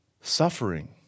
suffering